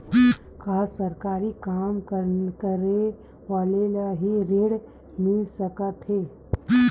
का सरकारी काम करने वाले ल हि ऋण मिल सकथे?